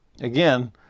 Again